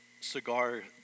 cigar